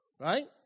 Right